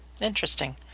Interesting